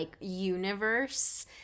universe